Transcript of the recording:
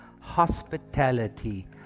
hospitality